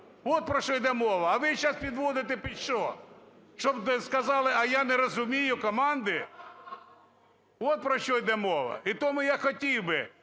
От про що йде мова. А ви сейчас підводите під що? Щоб сказали: а я не розумію команди. От про що йде мова. І тому я хотів би